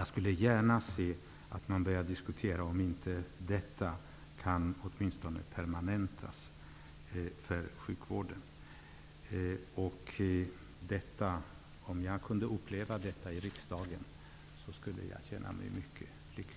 Jag skulle gärna se att man började diskutera om inte detta kan åtminstone permanentas för sjukvården. Om jag kunde uppleva det i riksdagen, skulle jag känna mig mycket lycklig!